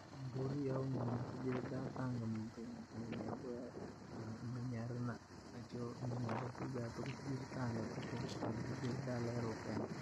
Mburi au ng`ombe sija daha tanga muntu mwenye aboya mwenye arii na nacho mwenye arifuga tuku sijiritanga tuku vara si jiri daa lairwa kanni.